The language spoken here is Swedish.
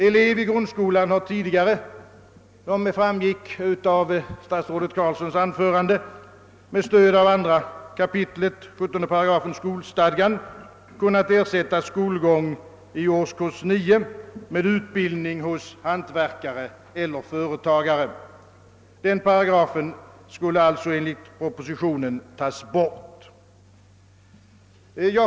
Elev i grundskolan har tidigare, såsom framgick av statsrådet Carlssons anförande, med stöd av 2 kap. 17 8 skolstadgan kunnat ersätta skolgång i årskurs 9 med utbildning hos hantverkare eller företagare. Den paragrafen skulle alltså enligt propositionen tas bort.